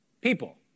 people